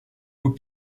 aux